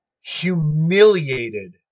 humiliated